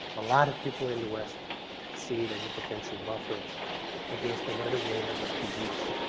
a lot of people in the west see it as a potential buffer against another wave of refugees